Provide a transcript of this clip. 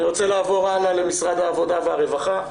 אני רוצה לעבור הלאה למשרד העבודה והרווחה.